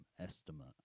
estimate